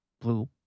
blue